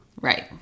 Right